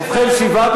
יואל,